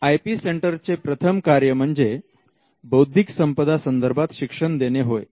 I P सेंटरचे प्रथम कार्य म्हणजे बौद्धिक संपदा संदर्भात शिक्षण देणे होय